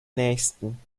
nähesten